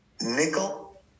Nickel